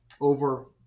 over